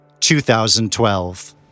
2012